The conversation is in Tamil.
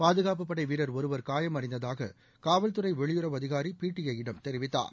பாதுகாப்புப் படை வீரர் ஒருவர் காயம் அடைந்ததாக காவல்துறை வெளியுறவு அதிகாரி பிடிஐ யிடம் தெரிவித்தார்